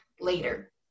later